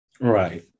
right